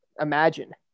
imagine